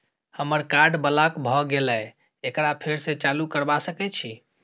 हमर card block भ गेले एकरा फेर स चालू करबा सके छि?